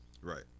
Right